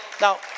Now